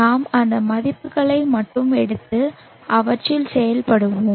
நாம் அந்த மதிப்புகளை மட்டுமே எடுத்து அவற்றில் செயல்படுவோம்